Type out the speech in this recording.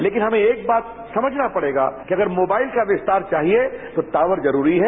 लेकिन हमें एक बात समझना पडेगा कि अगर मोबाइल का विस्तार चाहिए तो टॉवर जरूरी है